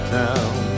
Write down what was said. town